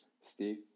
Steve